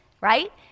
right